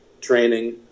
training